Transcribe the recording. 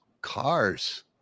Cars